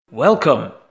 Welcome